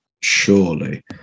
surely